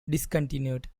discontinued